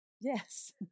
yes